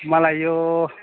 मलाई यो